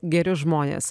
geri žmonės